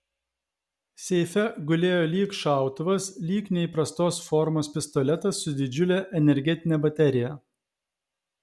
seife gulėjo lyg šautuvas lyg neįprastos formos pistoletas su didžiule energetine baterija